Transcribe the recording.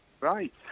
Right